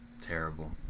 terrible